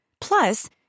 Plus